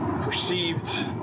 perceived